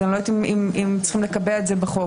אני לא יודעת אם צריכים לקבע את זה בחוק.